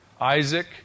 Isaac